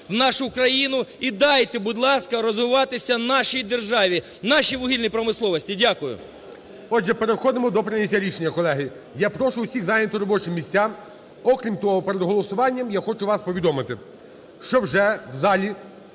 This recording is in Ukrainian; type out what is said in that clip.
в нашу країну і дайте, будь ласка, розвиватися нашій державі, нашій вугільній промисловості. Дякую. ГОЛОВУЮЧИЙ. Отже, переходимо до прийняття рішення, колеги. Я прошу всіх зайняти робочі місця. Окрім того, перед голосуванням я хочу вас повідомити, що вже в залі